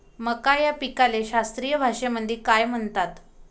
मका या पिकाले शास्त्रीय भाषेमंदी काय म्हणतात?